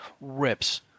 rips